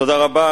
תודה רבה.